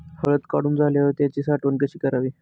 हळद काढून झाल्यावर त्याची साठवण कशी करावी?